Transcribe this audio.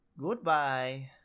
Goodbye